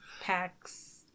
packs